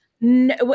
No